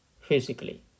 physically